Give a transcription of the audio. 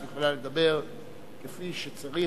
את יכולה לדבר כפי שצריך,